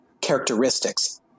characteristics